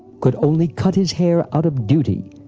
could only cut his hair out of duty,